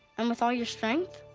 and with all your strength.